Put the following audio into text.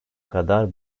kadar